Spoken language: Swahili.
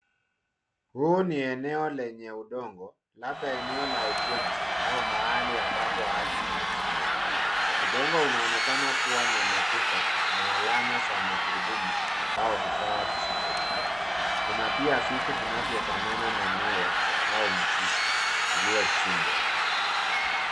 Huu ni eneo lenye udongo, labda eneo la ujenzi au mahali ambapo ardhi imechimbwa .Udongo unaonekana kuwa na matuta na alama za magurudumu au vifaa vizito. Kuna pia vitu vinavyofanana na nyaya au mzizi iliyochimbwa.